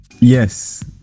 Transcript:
Yes